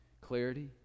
clarity